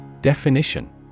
Definition